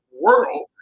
world